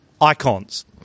icons